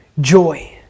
joy